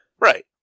Right